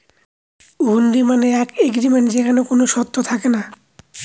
হুন্ডি মানে এক এগ্রিমেন্ট যেখানে কোনো শর্ত যোগ থাকে না